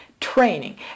training